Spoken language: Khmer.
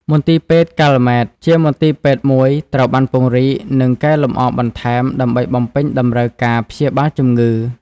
មន្ទីរពេទ្យកាល់ម៉ែត ជាមន្ទីរពេទ្យមួយត្រូវបានពង្រីក និងកែលម្អបន្ថែម ដើម្បីបំពេញតម្រូវការព្យាបាលជំងឺ។